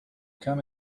come